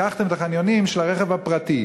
לקחתם את החניונים של הרכב הפרטי.